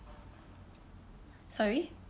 sorry